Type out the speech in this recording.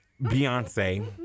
beyonce